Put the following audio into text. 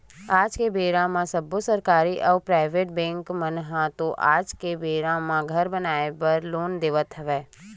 आज के बेरा म सब्बो सरकारी अउ पराइबेट बेंक मन ह तो आज के बेरा म घर बनाए बर लोन देवत हवय